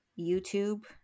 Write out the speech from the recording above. YouTube